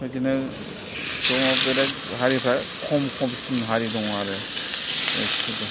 बिदिनो दङ बेलेग हारिफ्रा खम खमसिम हारि दङ आरो एसे दे